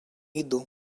иду